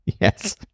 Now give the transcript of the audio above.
Yes